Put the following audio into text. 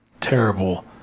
Terrible